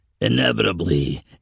Inevitably